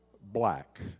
black